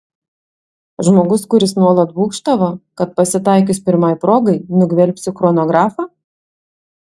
žmogus kuris nuolat būgštavo kad pasitaikius pirmai progai nugvelbsiu chronografą